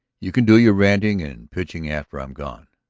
you can do your raring and pitching after i'm gone.